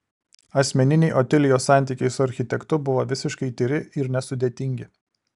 asmeniniai otilijos santykiai su architektu buvo visiškai tyri ir nesudėtingi